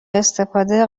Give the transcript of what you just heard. استفاده